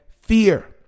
Fear